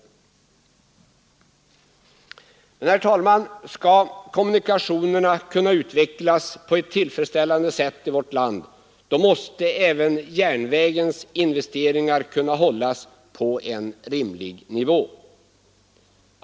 Men, herr talman, skall kommunikationerna kunna utvecklas på ett tillfredsställande sätt i vårt land måste även järnvägens investeringar kunna hållas på en rimlig nivå.